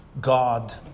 God